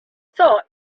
thought